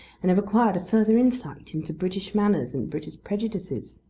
and have acquired a further insight into british manners and british prejudices.